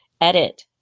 edit